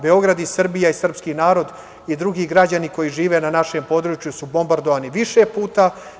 Beograd i Srbija i srpski narod i drugi građani koji žive na našem području su bombardovani više puta.